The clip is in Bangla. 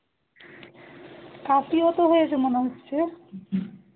কাশিও তো হয়েছে মনে হচ্ছে